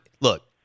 look